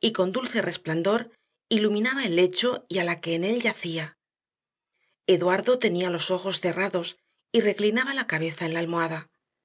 y con un dulce resplandor iluminaba el lecho y a la que en él yacía eduardo tenía los ojos cerrados y reclinaba la cabeza en la almohada